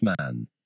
man